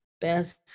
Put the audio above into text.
Best